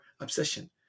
obsession